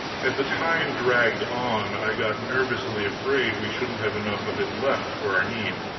as the time dragged on i got nervously afraid we shouldn't have enough of it left for our needs